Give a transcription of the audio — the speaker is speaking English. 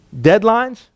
Deadlines